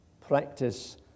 Practice